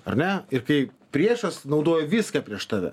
ar ne ir kai priešas naudoja viską prieš tave